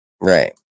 Right